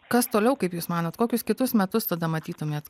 kas toliau kaip jūs manot kokius kitus metus tada matytumėt